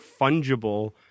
fungible